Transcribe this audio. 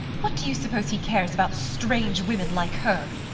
what do you suppose he cares about strange women like her?